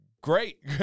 great